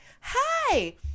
Hi